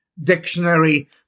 Dictionary